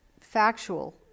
factual